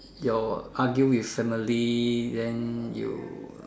your argue with family then you